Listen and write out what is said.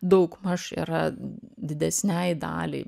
daugmaž yra didesnei daliai